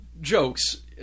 jokes